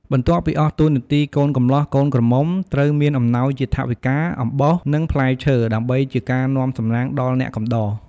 បន្ទាប់ពីអស់តួនាទីកូនកម្លោះកូនក្រមុំត្រូវមានអំណោយជាថវិកា អំបោះ និងផ្លែឈើ ដើម្បីជាការនាំសំណាងដល់អ្នកកំដរ។